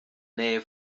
nähe